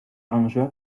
arrangeur